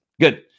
Good